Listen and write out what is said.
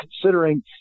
considering